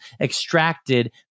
extracted